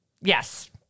Yes